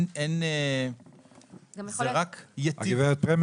זה רק ייטיב.